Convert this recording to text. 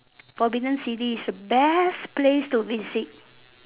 forbidden city is the best place to visit